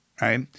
Right